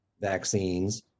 vaccines